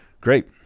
great